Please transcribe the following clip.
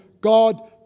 God